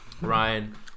Ryan